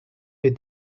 est